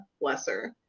Lesser